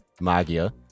Magia